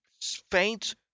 faint